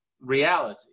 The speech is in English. reality